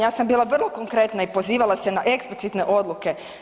Ja sam bila vrlo konkretna i pozivala se na eksplicitne odluke.